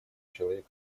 человека